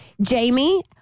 Jamie